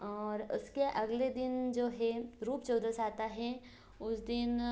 और उसके अगले दिन जो है रूप चौदस आता है उस दिन